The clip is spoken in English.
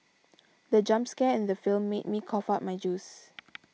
the jump scare in the film made me cough out my juice